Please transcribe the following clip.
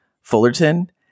Fullerton